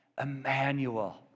Emmanuel